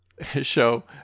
show